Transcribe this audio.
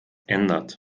ändert